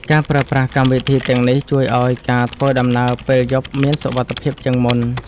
ការប្រើប្រាស់កម្មវិធីទាំងនេះ ជួយឱ្យការធ្វើដំណើរពេលយប់មានសុវត្ថិភាពជាងមុន។